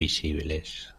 visibles